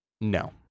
No